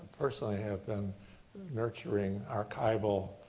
personally have been nurturing archival